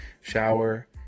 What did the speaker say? shower